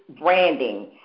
branding